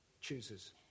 chooses